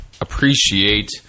appreciate